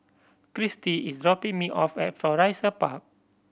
Kristie is dropping me off at Florissa Park